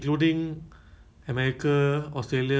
so U_S time is twelve hours before us [what]